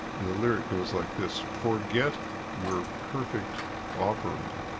the lyric goes like this. forget your perfect offering.